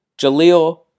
Jaleel